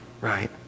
right